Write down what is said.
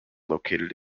located